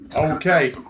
Okay